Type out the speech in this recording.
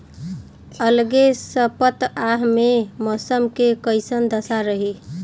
अलगे सपतआह में मौसम के कइसन दशा रही?